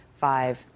five